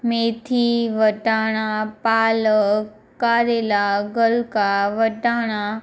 મેથી વટાણા પાલક કારેલાં ગલકા વટાણા